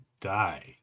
die